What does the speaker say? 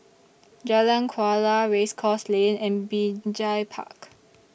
Jalan Kuala Race Course Lane and Binjai Park